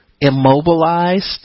immobilized